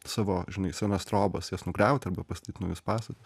savo žinai senas trobas jas nugriauti arba pastatyt naujus pastatus